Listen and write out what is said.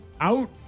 Out